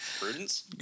Prudence